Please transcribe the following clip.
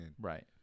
Right